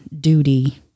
duty